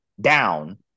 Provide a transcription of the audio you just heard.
down